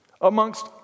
amongst